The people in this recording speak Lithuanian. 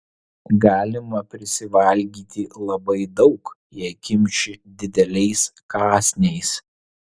galima prisivalgyti labai daug jei kimši dideliais kąsniais